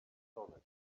solid